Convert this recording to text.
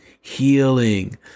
healing